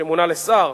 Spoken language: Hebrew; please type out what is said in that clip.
שמונה לשר,